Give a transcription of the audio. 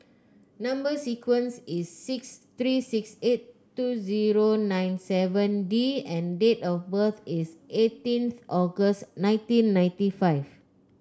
number sequence is S three six eight two zero nine seven D and date of birth is eighteenth August nineteen ninety five